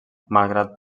malgrat